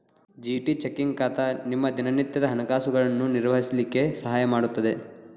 GT checking ಖಾತಾ ನಿಮ್ಮ ದಿನನಿತ್ಯದ ಹಣಕಾಸುಗಳನ್ನು ನಿರ್ವಹಿಸ್ಲಿಕ್ಕೆ ಸಹಾಯ ಮಾಡುತ್ತದೆ